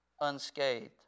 unscathed